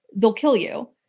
they'll kill you.